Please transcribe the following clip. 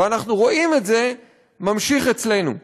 ואנחנו רואים את זה נמשך אצלנו.